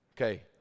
Okay